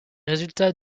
résultats